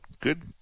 Good